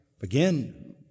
again